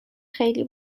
خیلی